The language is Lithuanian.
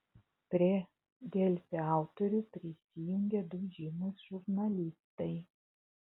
prie delfi autorių prisijungė du žymūs žurnalistai